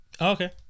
okay